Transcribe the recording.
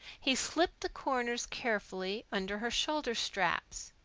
he slipped the corners carefully under her shoulder-straps.